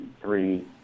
three